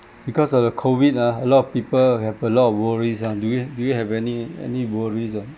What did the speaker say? because of the COVID ah a lot of people have a lot of worries ah do you do you have any any worries ah